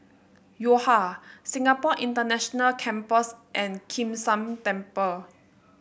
Yo Ha Singapore International Campus and Kim San Temple